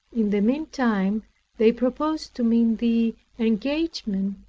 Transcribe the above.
in the meantime they proposed to me the engagement,